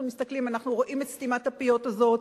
מסתכלים אנחנו רואים את סתימת הפיות הזאת.